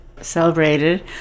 Celebrated